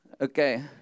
Okay